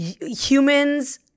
humans